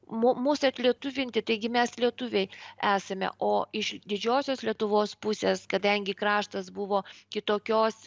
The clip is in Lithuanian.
mu mus atlietuvinti taigi mes lietuviai esame o iš didžiosios lietuvos pusės kadangi kraštas buvo kitokios